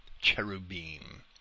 cherubim